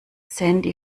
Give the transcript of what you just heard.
sandy